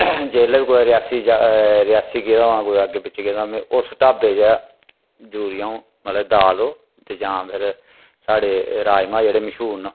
जेल्लै बी कुतै रियासी रियासी गेदा होआं कुदै अग्गें पिच्छें गेदा होआं में उस ढाबे चा जरूरी आ'ऊं मतलब दाल ओह् ते जां फेर साढ़े राजमां जेह्ड़े मश्हूर न